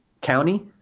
county